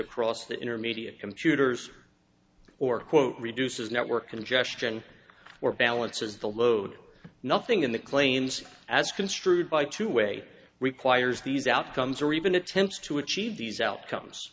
across the intermediate computers or quote reduces network congestion or balances the load nothing in the claims as construed by two way requires these outcomes or even attempts to achieve these outcomes